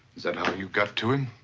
is that how you got to him?